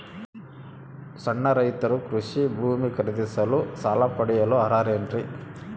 ಸಣ್ಣ ರೈತರು ಕೃಷಿ ಭೂಮಿ ಖರೇದಿಸಲು ಸಾಲ ಪಡೆಯಲು ಅರ್ಹರೇನ್ರಿ?